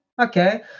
Okay